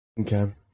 Okay